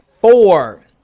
four